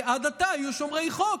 שעד עתה היו שומרי חוק,